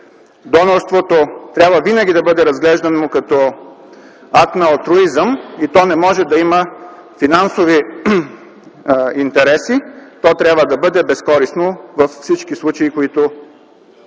донорството трябва винаги да бъде разглеждано като акт на алтруизъм и то не може да има финансови интереси, то трябва да бъде безкористно във всички случаи, които